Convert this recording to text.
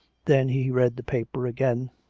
then he read the paper again.